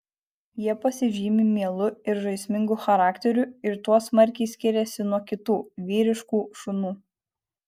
jie pasižymi mielu ir žaismingu charakteriu ir tuo smarkiai skiriasi nuo kitų vyriškų šunų